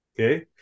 Okay